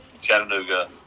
Chattanooga